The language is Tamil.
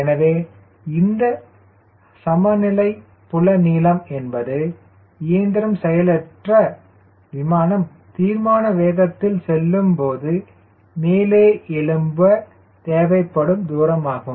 எனவே இந்த சமநிலை புல நீளம் என்பது இயந்திரம் செயலற்ற விமானம் தீர்மான வேகத்தில் செல்லும்போது மேலே எழும்ப தேவைப்படும் தூரமாகும்